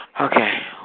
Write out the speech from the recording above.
Okay